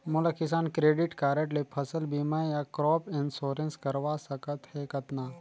मोला Kisan credit card ले फसल बीमा या क्रॉप इंश्योरेंस करवा सकथ हे कतना?